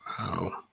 Wow